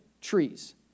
trees